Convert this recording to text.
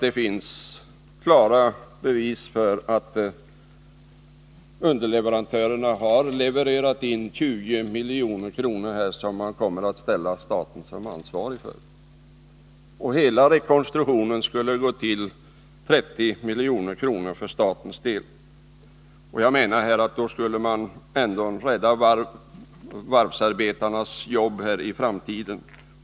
Det finns ju klara bevis för att underleverantörerna betalt in 20 miljoner som man kommer att ställa staten ansvarig för. Hela rekonstruktionen skulle belöpa sig till 30 milj.kr. för statens del. Jag menar att man genom en sådan åtgärd skulle rädda varvsarbetarnas jobb för framtiden.